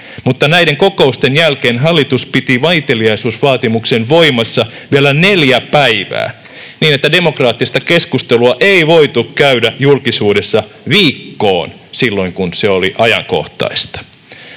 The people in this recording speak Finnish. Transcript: mutta näiden kokousten jälkeen hallitus piti vaiteliaisuusvaatimuksen voimassa vielä neljä päivää, niin että demokraattista keskustelua ei voitu käydä julkisuudessa viikkoon silloin, kun se oli ajankohtaista.